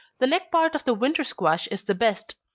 the neck part of the winter squash is the best.